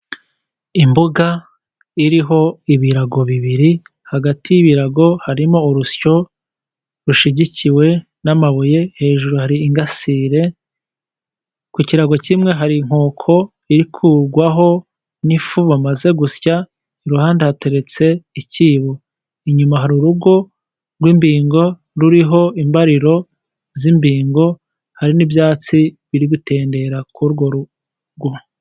Imbuga iriho ibirago bibiri, hagati y'ibirago harimo urusyo rushyigikiwe n'amabuye , hejuru hari ingasire , ku kirago kimwe hari inkoko irikugwaho n'ifu bamaze gusya , iruhande hateretse ikibo. Inyuma hari urugo rw'inbingo , ruriho imbariro z'imbingo ,hari n'ibyatsi biri gutendera kuri urwo rugo.